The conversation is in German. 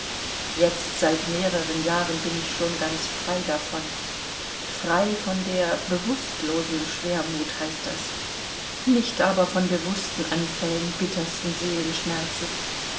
jetzt seit mehreren jahren bin ich schon ganz frei davon frei von der bewußtlosen schwermut heißt das nicht aber von bewußten anfällen bittersten